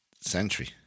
century